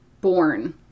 born